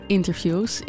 Interviews